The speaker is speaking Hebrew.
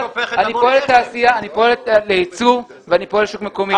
אני פועל לייצוא ואני פועל לשוק מקומי.